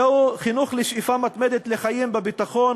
זהו חינוך לשאיפה מתמדת לחיים בביטחון,